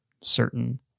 certain